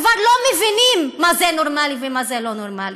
כבר לא מבינים מה זה נורמלי ומה זה לא נורמלי,